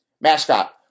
Mascot